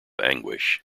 anguish